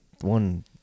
one